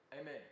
Amen